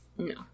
No